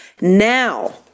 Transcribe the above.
Now